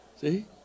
See